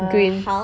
green